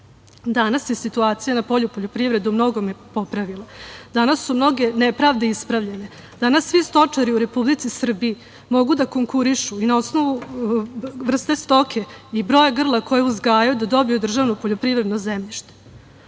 se situacija na polju poljoprivrede umnogome popravila. Danas su mnoge nepravde ispravljene. Danas svi stočari u Republici Srbiji mogu da konkurišu i na osnovu vrste stoke i broja grla koje uzgajaju da dobiju državno poljoprivredno zemljište. Današnji